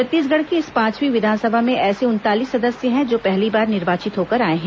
छत्तीसगढ़ की इस पांचवीं विधानसभा में ऐसे उनतालीस सदस्य है जो पहली बार निर्वाचित होकर आए हैं